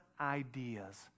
ideas